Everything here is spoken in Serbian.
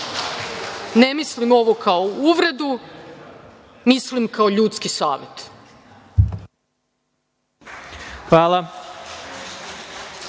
ne mislim ovo kao uvredu, mislim kao ljudski savet.